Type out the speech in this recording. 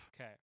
Okay